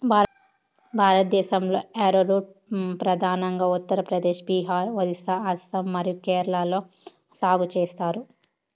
భారతదేశంలో, యారోరూట్ ప్రధానంగా ఉత్తర ప్రదేశ్, బీహార్, ఒరిస్సా, అస్సాం మరియు కేరళలో సాగు చేస్తారు